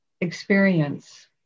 experience